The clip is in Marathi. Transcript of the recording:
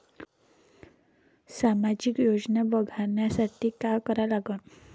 सामाजिक योजना बघासाठी का करा लागन?